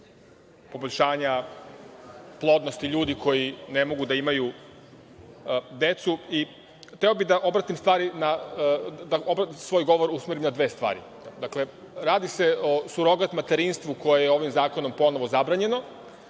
poboljšanja plodnosti ljudi koji ne mogu da imaju decu. Hteo bih da svoj govor usmerim na dve stvari. Dakle, radi se o surogat materinstvu koje je ovim zakonom ponovo zabranjeno